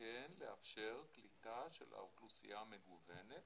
כן לאפשר קליטה של אוכלוסייה מגוונת